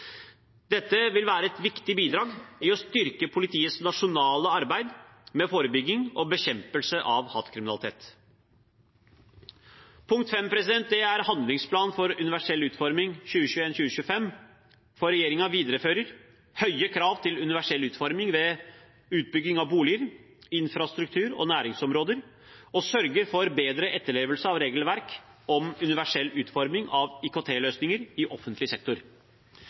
Dette vil være et viktig bidrag i å styrke politiets nasjonale arbeid med forebygging og bekjempelse av hatkriminalitet. Punkt 5 er handlingsplanen for universell utforming 2021–2025. Regjeringen viderefører høye krav til universell utforming ved utbygging av boliger, infrastruktur og næringsområder og sørger for bedre etterlevelse av regelverk om universell utforming av IKT-løsninger i offentlig sektor.